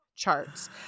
charts